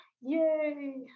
Yay